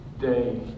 day